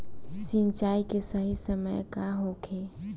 सिंचाई के सही समय का होखे?